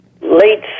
late